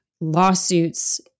lawsuits